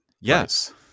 Yes